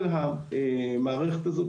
כל המערכת הזאת,